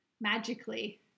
magically